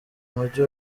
mujyi